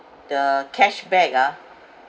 the cashback ah